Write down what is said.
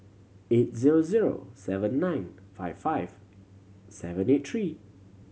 eight zero zero seven nine five five seven eight three